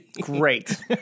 Great